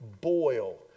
boil